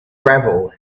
gravel